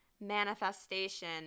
manifestation